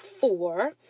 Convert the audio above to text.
four